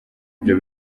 ibyo